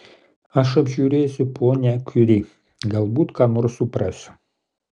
aš apžiūrėsiu ponią kiuri galbūt ką nors suprasiu